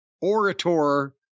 orator